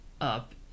up